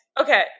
Okay